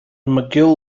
mcgill